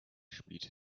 spielte